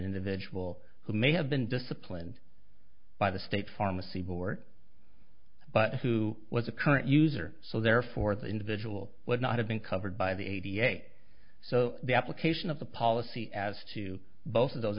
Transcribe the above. individual who may have been disciplined by the state pharmacy board but who was a current user so therefore the individual would not have been covered by the eighty eight so the application of the policy as to both of those